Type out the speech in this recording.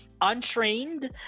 untrained